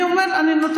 אתה שאלת אותי.